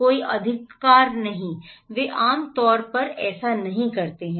कोई अधिकार नहीं वे आम तौर पर ऐसा नहीं करते हैं